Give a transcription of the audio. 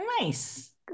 Nice